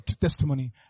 testimony